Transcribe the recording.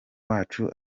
wacu